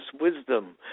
wisdom